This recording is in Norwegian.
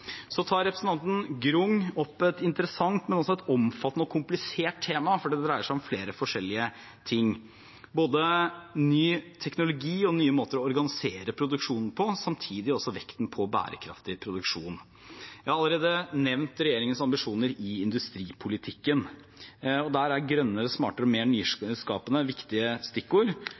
Representanten Grung tar opp et interessant, men også omfattende og komplisert tema, for det dreier seg om flere forskjellige ting – ny teknologi og nye måter å organisere produksjonen på, og samtidig vektlegging av bærekraftig produksjon. Jeg har allerede nevnt regjeringens ambisjoner i industripolitikken, og der er grønnere, smartere og mer nyskapende viktige stikkord.